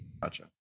Gotcha